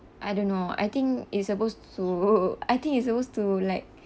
I don't know I think it's supposed to I think it's supposed to like